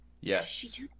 Yes